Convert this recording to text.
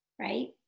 right